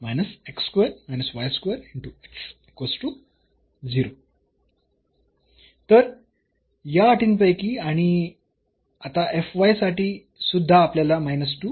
तर या अटींपैकी आणि आता साठी सुद्धा आपल्याला मिळेल